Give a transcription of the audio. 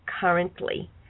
currently